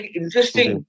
interesting